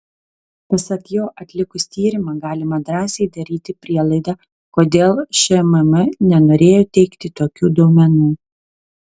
pasak jo atlikus tyrimą galima drąsiai daryti prielaidą kodėl šmm nenorėjo teikti tokių duomenų